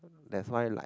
that's why like